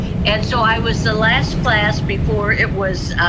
and so i was the last class before it was